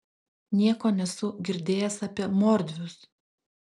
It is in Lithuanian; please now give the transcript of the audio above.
nieko nesu girdėjęs apie mordvius